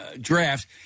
draft